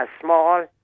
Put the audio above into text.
small